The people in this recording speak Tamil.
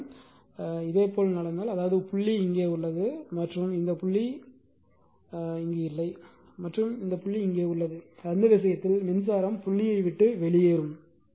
இந்த விஷயம் இதேபோல் நடந்தால் அதாவது புள்ளி இங்கே உள்ளது மற்றும் இந்த புள்ளி இல்லை மற்றும் இந்த புள்ளி இங்கே உள்ளது அந்த விஷயத்தில் மின்சாரம் புள்ளியை விட்டு வெளியேறும்